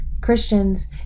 christians